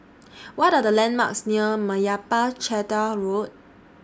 What Are The landmarks near Meyappa Chettiar Road